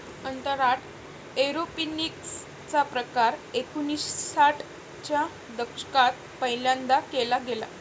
अंतराळात एरोपोनिक्स चा प्रकार एकोणिसाठ च्या दशकात पहिल्यांदा केला गेला